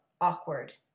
awkward